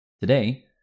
Today